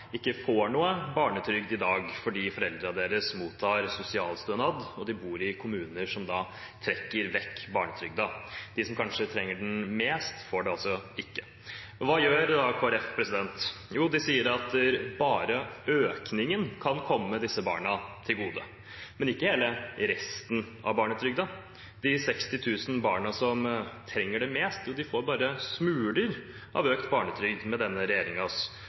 ikke får noe barnetrygd i dag, fordi foreldrene deres mottar sosialstønad, og de bor i kommuner som trekker vekk barnetrygden. De som kanskje trenger det mest, får det altså ikke. Hva gjør Kristelig Folkeparti da? Jo, de sier at bare økningen kan komme disse barna til gode, men ikke hele resten av barnetrygden. De 60 000 barna som trenger det mest, får bare smuler av økt barnetrygd med denne